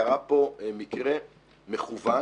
קרה פה מקרה מכוון